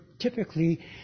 typically